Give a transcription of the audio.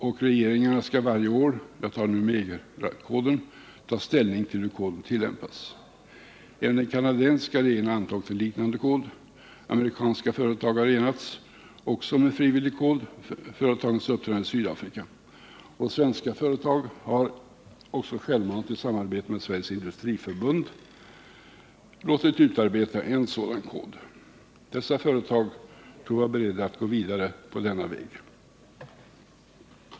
Och regeringarna skall varje år — jag talar nu om EG-koden -— ta ställning till hur koden tillämpas. Även den kanadensiska regeringen har antagit en liknande kod. Amerikanska företagare har också enats om en frivillig kod för företags uppträdande i Sydafrika. Svenska företag har även självmant i samarbete med Sveriges Industriförbund låtit utarbeta en sådan kod. Dessa företag torde vara beredda att gå vidare på denna väg.